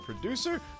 producer